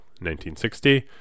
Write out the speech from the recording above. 1960